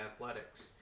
Athletics